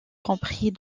compris